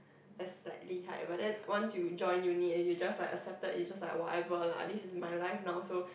as like 厉害:lihai whether once you join uni and you just like accepted it's just like whatever lah this is my life now also